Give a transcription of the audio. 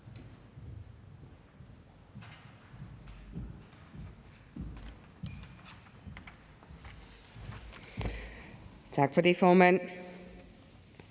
Tak for det. Den